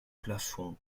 plafond